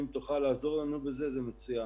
אם תוכל לעזור לנו בזה, זה מצוין.